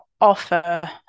offer